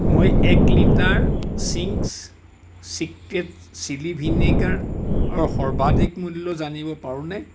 মই এক litre Ching's Secret chilli ভিনেগাৰৰ সৰ্বাধিক মূল্য জানিব পাৰোনে